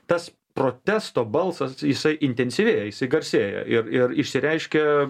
tas protesto balsas jisai intensyvėja jisai garsėja ir ir išsireiškia